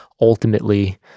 ultimately